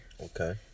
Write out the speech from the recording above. Okay